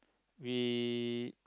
we